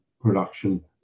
production